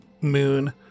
moon